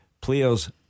players